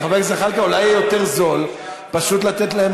אולי יהיה יותר זול פשוט לתת להם